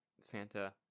Santa